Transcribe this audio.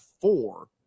four